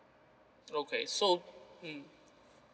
okay so mm